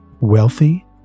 Wealthy